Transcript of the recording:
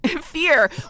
fear